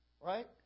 Right